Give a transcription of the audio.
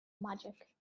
magic